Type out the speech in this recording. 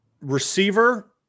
Receiver